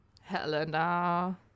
Helena